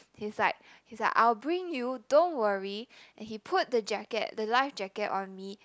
he's like he's like I'll bring you don't worry and he put the jacket the life jacket on me